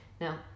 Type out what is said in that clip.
Now